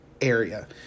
area